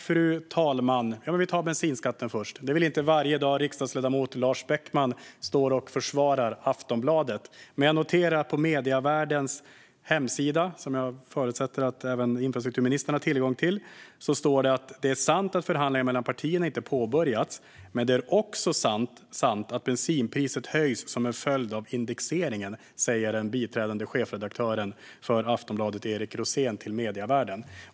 Fru talman! Jag ska börja med att ta upp bensinskatten. Det är inte varje dag som riksdagsledamoten Lars Beckman står och försvarar Aftonbladet. Men jag noterar att det på Medievärldens hemsida, som jag förutsätter att även infrastrukturministern har tillgång till, står: Det är sant att förhandlingar mellan partierna inte har påbörjats. Men det är också sant att bensinpriset höjs som en följd av indexeringen. Detta säger den biträdande chefredaktören för Aftonbladet Eric Rosén till Medievärlden.